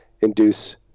induce